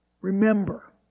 Remember